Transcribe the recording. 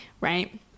right